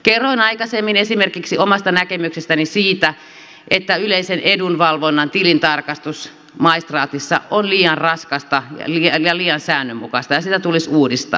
kerroin aikaisemmin esimerkiksi omasta näkemyksestäni siitä että yleisen edunvalvonnan tilintarkastus maistraatissa on liian raskasta ja liian säännönmukaista ja sitä tulisi uudistaa